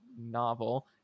novel